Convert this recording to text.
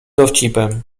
dowcipem